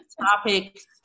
topics